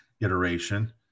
iteration